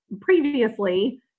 previously